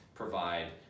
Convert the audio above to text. Provide